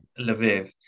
Lviv